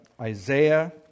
Isaiah